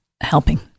helping